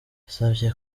yasabye